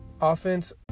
offense